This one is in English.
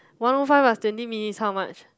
one O five plus twenty minutes is how much